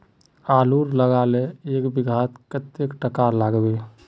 आलूर लगाले एक बिघात कतेक टका लागबे?